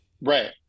right